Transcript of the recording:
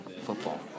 football